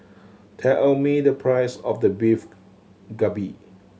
tell me the price of the Beef Galbi